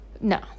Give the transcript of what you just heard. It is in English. No